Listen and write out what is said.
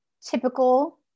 typical